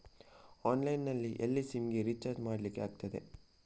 Online ನಲ್ಲಿ ಎಲ್ಲಾ sim ಗೆ ರಿಚಾರ್ಜ್ ಮಾಡಲಿಕ್ಕೆ ಆಗ್ತದಾ?